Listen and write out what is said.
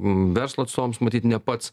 verslo atstovams matyt ne pats